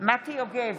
מטי יוגב,